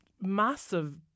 massive